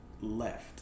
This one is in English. Left